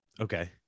Okay